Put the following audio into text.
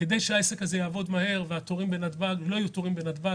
כדי שהעסקים הזה יעבור מהר ולא יהיו תורים בנתב"ג,